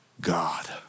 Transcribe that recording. God